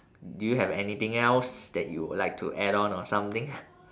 do you have anything else that you would like to add on or something